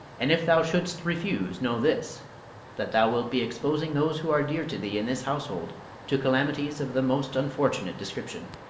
and if thou shouldst refuse, know this that thou wilt be exposing those who are dear to thee in this household to calamities of the most unfortunate description.